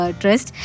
trust